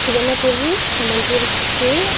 ସୁବର୍ଣ୍ଣପୁରରୁ ସମ୍ବଲପୁରକେ